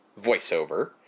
voiceover